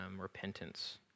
repentance